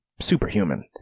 superhuman